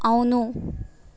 అవును